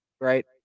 right